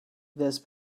this